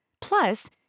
Plus